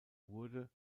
wurde